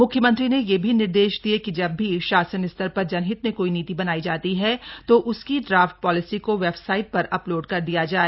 म्ख्यमंत्री ने यह भी निर्देश दिये कि जब भी शासन स्तर पर जनहित में कोई नीति बनायी जाती है तो उसकी ड्राफ्ट पॉलिसी को वेबसाइट पर अपलोड कर दिया जाए